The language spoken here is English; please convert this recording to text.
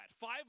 Five